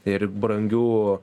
ir brangių